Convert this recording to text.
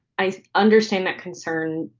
i understand that concern.